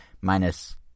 minus